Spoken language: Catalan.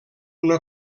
una